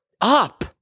up